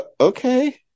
okay